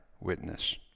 witness